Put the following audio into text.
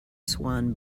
swan